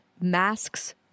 masks